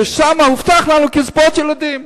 ששם הובטחו לנו קצבאות ילדים.